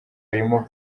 arimo